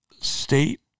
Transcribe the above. state